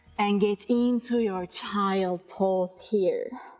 and get into your child pose here,